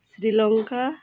Sri Lanka